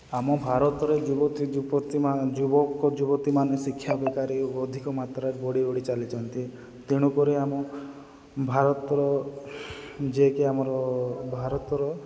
ଆମ ଭାରତରେ ଯୁବତୀ ଯୁବତୀ ଯୁବକ ଯୁବତୀମାନେ ଶିକ୍ଷା ବେକାରୀ ଅଧିକ ମାତ୍ରାରେ ବଢ଼ି ବଢ଼ି ଚାଲିଛନ୍ତି ତେଣୁକରି ଆମ ଭାରତର ଯିଏକି ଆମର ଭାରତର